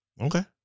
Okay